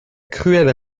cruelle